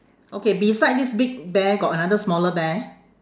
okay beside this big bear got another smaller bear